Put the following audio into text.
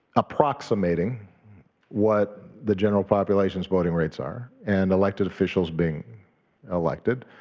approximating what the general population's voting rates are and elected officials being elected.